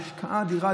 את ההשקעה האדירה,